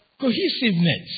cohesiveness